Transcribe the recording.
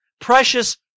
Precious